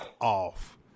off